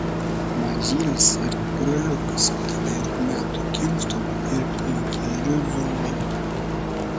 mažylis yra broliukas septynerių metų kingstonui ir penkerių zumai